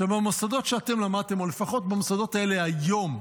שבמוסדות שאתם למדתם, או לפחות במוסדות האלה היום,